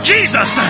Jesus